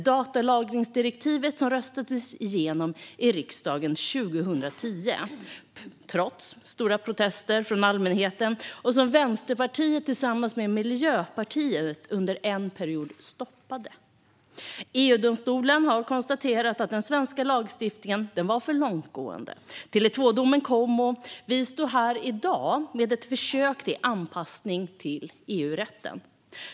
Datalagringsdirektivet, som röstades igenom i riksdagen 2010 trots stora protester från allmänheten, stoppade Vänsterpartiet tillsammans med Miljöpartiet under en period. EU-domstolen konstaterade att den svenska lagstiftningen var för långtgående. Tele 2-domen kom, och vi står här i dag med ett försök till anpassning av EU-rätten.